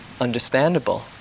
understandable